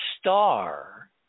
star